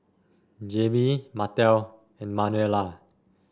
Jaime Martell and Manuela